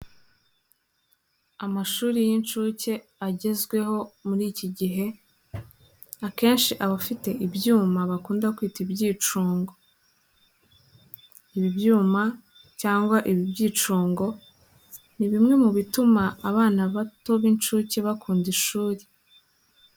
Amashuri y'incuke agezweho muri iki gihe, akenshi aba afite ibyuma bakunda kwita ibyicungo. Ibi byuma cyangwa ibi byicungo, ni bimwe mu bituma abana bato b'incuke bakunda ishuri.